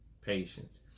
patience